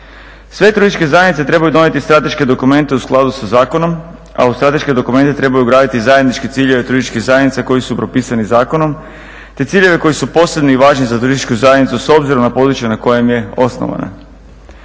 Sve turističke zajednice trebaju donijeti strateške dokumente u skladu sa zakonom, a u strateške dokumente trebaju ugraditi zajedničke ciljeve turističkih zajednica koji su propisani zakonom te ciljeve koji su posebni i važni za turističku zajednicu s obzirom na područje na kojem je osnovana.